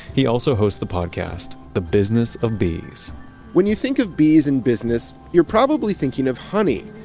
he also hosts the podcast, the business of bees when you think of bees in business, you're probably thinking of honey.